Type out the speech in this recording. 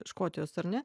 škotijos ar ne